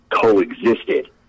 coexisted